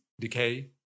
decay